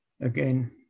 Again